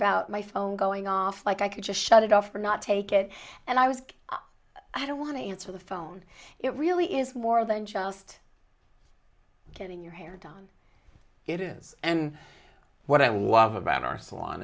about my phone going off like i could just shut it off or not take it and i was i don't want to answer the phone it really is more than just getting your hair done it is and what i love about our salon